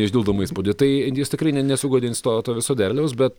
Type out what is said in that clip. neišdildomą įspūdį tai jis tikrai ne nesugadins to to viso derliaus bet